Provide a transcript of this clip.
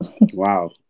Wow